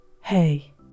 Hey